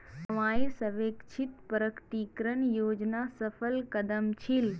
कमाईर स्वैच्छिक प्रकटीकरण योजना सफल कदम छील